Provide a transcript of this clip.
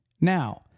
Now